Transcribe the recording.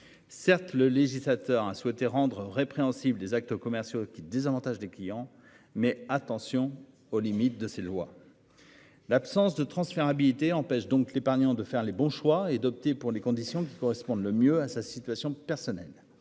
Certes, le législateur a souhaité rendre répréhensible des actes commerciaux qui désavantage des clients mais attention aux limites de ses lois. L'absence de transférabilité empêche donc l'épargnant de faire les bons choix et d'opter pour les conditions qui correspondent le mieux à sa situation personnelle